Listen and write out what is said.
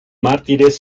mártires